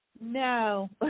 No